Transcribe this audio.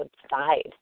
subside